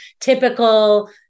typical